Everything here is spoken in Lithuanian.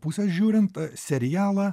pusės žiūrint serialą